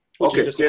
Okay